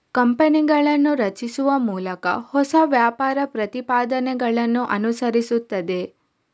ಕಂಪನಿಗಳನ್ನು ರಚಿಸುವ ಮೂಲಕ ಹೊಸ ವ್ಯಾಪಾರ ಪ್ರತಿಪಾದನೆಗಳನ್ನು ಅನುಸರಿಸುತ್ತದೆ